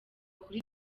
kuri